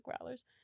growlers